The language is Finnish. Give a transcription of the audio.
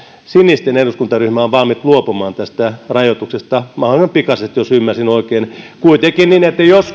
sinisten eduskuntaryhmä on valmis luopumaan tästä rajoituksesta mahdollisimman pikaisesti jos ymmärsin oikein kuitenkin niin että jos